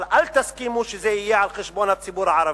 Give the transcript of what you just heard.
אבל אל תסכימו שזה יהיה על חשבון הציבור הערבי.